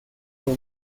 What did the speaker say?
con